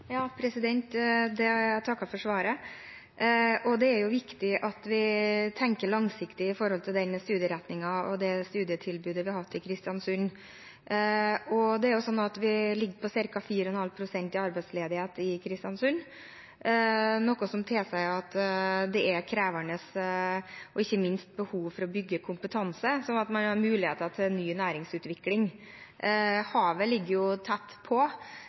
Jeg takker for svaret. Det er viktig at vi tenker langsiktig når det gjelder den studieretningen og det studietilbudet vi har hatt i Kristiansund. Vi ligger på ca. 4,5 pst. i arbeidsledighet i Kristiansund, noe som sier at det er krevende, og ikke minst behov for, å bygge kompetanse slik at man har muligheter for ny næringsutvikling. Havet ligger tett på